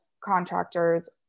contractors